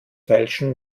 feilschen